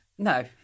No